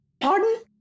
Pardon